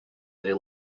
they